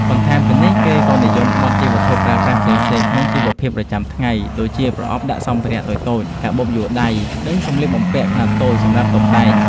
បន្ថែមពីនេះ គេក៏និយមបត់ជាវត្ថុប្រើប្រាស់ផ្សេងៗក្នុងជីវភាពប្រចាំថ្ងៃ ដូចជាប្រអប់ដាក់សម្ភារៈតូចៗ កាតាបយួរដៃ និងសម្លៀកបំពាក់ខ្នាតតូចសម្រាប់តុបតែង។